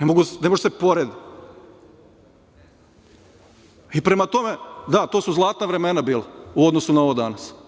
Ne može da se poredi. Prema tome, da, to su zlatna vremena bila u odnosu na ovo danas. Prema